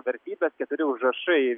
vertybės keturi užrašai